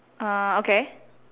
uh okay